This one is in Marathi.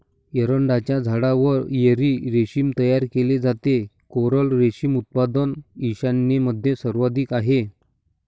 एरंडाच्या झाडावर एरी रेशीम तयार केले जाते, कोरल रेशीम उत्पादन ईशान्येमध्ये सर्वाधिक आहे